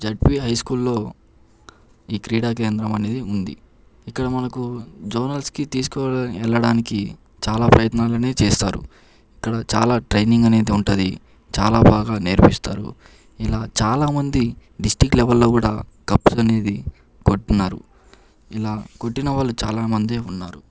ZP high school లో ఈ క్రీడా కేంద్రం అనేది ఉంది ఇక్కడ మనకి జోనల్స్ కి తీసుకొని వెళ్ళడానికి చాలా ప్రయత్నాలనే చేస్తారు ఇక్కడ చాలా ట్రైనింగ్ అనేది ఉంటుంది చాలా బాగా నేర్పిస్తారు ఇలా చాలామంది డిస్టిక్ లెవెల్ లో కూడా కప్స్ అనేది కొట్టినారు ఇలా కొట్టిన వాళ్ళు చాలామందే ఉన్నారు